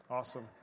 Awesome